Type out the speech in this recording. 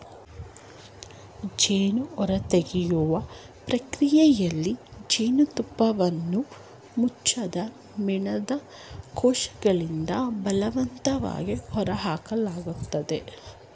ಜೇನು ಹೊರತೆಗೆಯುವ ಪ್ರಕ್ರಿಯೆಯಲ್ಲಿ ಜೇನುತುಪ್ಪವನ್ನು ಮುಚ್ಚದ ಮೇಣದ ಕೋಶಗಳಿಂದ ಬಲವಂತವಾಗಿ ಹೊರಹಾಕಲಾಗ್ತದೆ